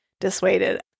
dissuaded